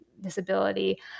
disability